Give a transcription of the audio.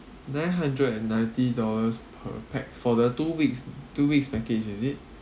nine hundred and ninety dollars per pax for the two weeks two weeks package is it